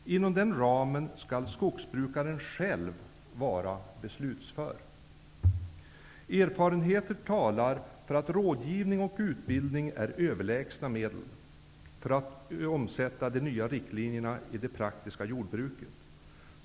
Inom den ramen skall skogsbrukaren själv vara beslutsför. Erfarenheter talar för att rådgivning och utbildning är överlägsna medel för att omsätta de nya riktlinjerna i det praktiska skogsbruket.